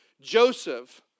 Joseph